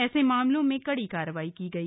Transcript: ऐसे मामलों में कड़ी कार्रवाई की गई